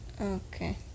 Okay